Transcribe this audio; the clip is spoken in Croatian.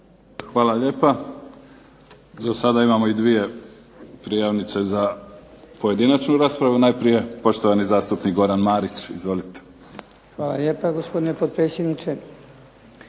Hvala lijepa. Za sada imamo dvije prijavnice za pojedinačnu raspravu. Najprije poštovani zastupnik Goran Marić. Izvolite. **Marić, Goran (HDZ)**